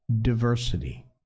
diversity